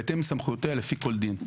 בהתאם לסמכויותיה לפי כל דין.